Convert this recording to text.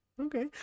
okay